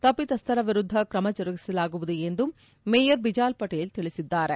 ತಪ್ಪಿತಸ್ಥರ ವಿರುದ್ಧ ಕ್ರಮ ಜರುಗಿಸಲಾಗುವುದು ಎಂದು ಮೇಯರ್ ಬಿಜಾಲ್ ಪಟೇಲ್ ತಿಳಿಸಿದ್ದಾರೆ